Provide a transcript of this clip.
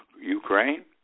Ukraine